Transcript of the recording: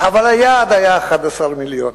אבל היעד היה 11 מיליון.